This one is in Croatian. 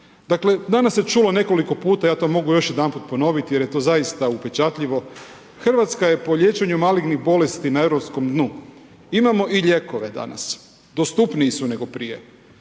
Dakle, danas se čulo nekoliko puta, ja to mogu još jedanput ponoviti, jer je to zaista upečatljivo, Hrvatska je po liječenju malignih bolesti na europskom dnu. Imamo i lijekove danas, dostupniji su nego prije.